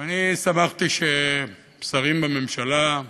ואני שמחתי ששרים בממשלה,